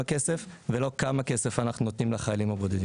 הכסף ולא כמה כסף אנחנו נותנים לחיילים הבודדים,